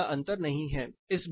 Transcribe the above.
बहुत ज्यादा अंतर नहीं है